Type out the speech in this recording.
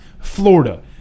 Florida